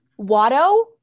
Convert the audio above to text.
Watto